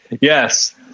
Yes